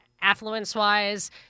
affluence-wise—